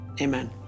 Amen